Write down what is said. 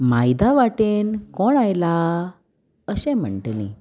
मायदा वाटेन कोण आयला अशें म्हणटली